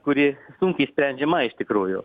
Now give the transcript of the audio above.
kuri sunkiai sprendžiama iš tikrųjų